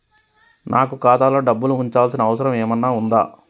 నాకు ఖాతాలో డబ్బులు ఉంచాల్సిన అవసరం ఏమన్నా ఉందా?